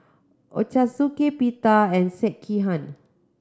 Ochazuke Pita and Sekihan